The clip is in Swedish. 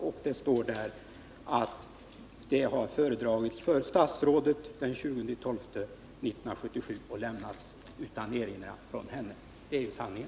Det står i detta dokument att ärendet hade föredragits för statsrådet den 20 december 1977 och lämnats utan erinran av henne. Det är sanningen.